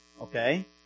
okay